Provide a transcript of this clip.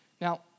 Now